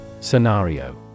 Scenario